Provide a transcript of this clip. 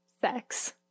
sex